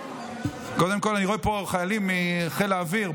קודם כול, אני רואה פה חיילים מחיל האוויר.